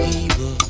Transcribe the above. evil